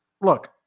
look